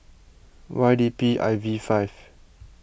Y D P I V five